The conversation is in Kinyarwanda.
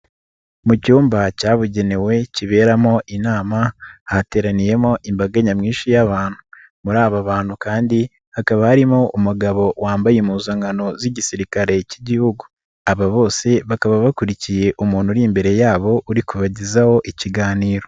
Mu cyumba cyabugenewe kiberamo inama, hateraniyemo imbaga nyamwinshi y'abantu, muri aba bantu kandi hakaba harimo umugabo wambaye impuzankan z'Igisirikare cy'Igihugu, aba bose bakaba bakurikiye umuntu uri imbere yabo uri kubagezaho ikiganiro.